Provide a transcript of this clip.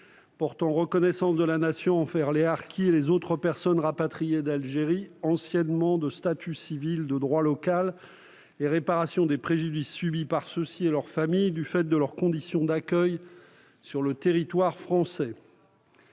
portant reconnaissance de la Nation envers les harkis et les autres personnes rapatriées d'Algérie anciennement de statut civil de droit local et réparation des préjudices subis par ceux-ci et leurs familles du fait de leurs conditions d'accueil sur le territoire français.